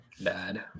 bad